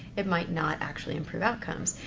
it might not actually improve outcomes.